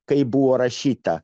kaip buvo rašyta